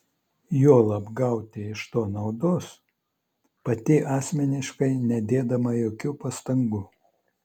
juolab gauti iš to naudos pati asmeniškai nedėdama jokių pastangų